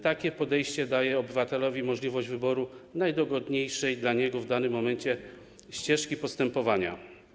Takie podejście daje obywatelowi możliwość wyboru najdogodniejszej dla niego w danym momencie ścieżki postępowania.